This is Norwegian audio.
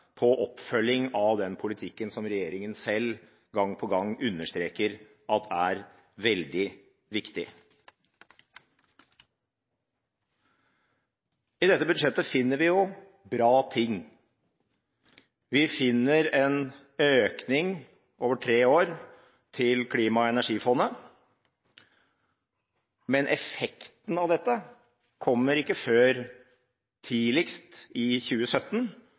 på oppfølging av den politikken som regjeringen selv gang på gang understreker er veldig viktig. I dette budsjettet finner vi bra ting. Vi finner en økning over tre år til klima- og energifondet, men effekten av dette kommer ikke før tidligst i 2017,